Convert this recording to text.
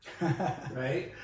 right